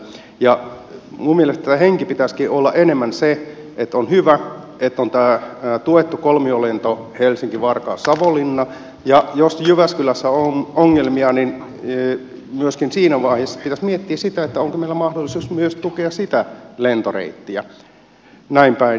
minun mielestäni tämän hengen pitäisikin olla enemmän se että on hyvä että on tämä tuettu kolmiolento helsinkivarkaussavonlinna ja jos jyväskylässä on ongelmia niin siinä vaiheessa pitäisi miettiä myöskin sitä onko meillä mahdollisuus tukea myös sitä lentoreittiä näin päin